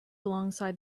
alongside